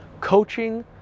coaching